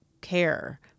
care